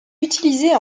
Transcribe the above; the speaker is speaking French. utilisée